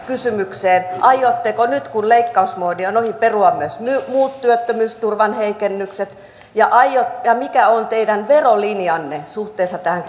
kysymykseen aiotteko nyt kun leikkausmoodi on ohi perua myös muut työttömyysturvan heikennykset ja mikä on teidän verolinjanne suhteessa tähän